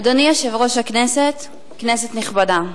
אדוני יושב-ראש הכנסת, כנסת נכבדה,